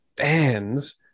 fans